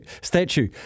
statue